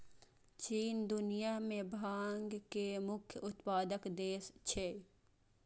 चीन दुनिया मे भांग के मुख्य उत्पादक देश छियै